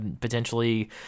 potentially